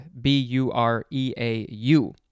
B-U-R-E-A-U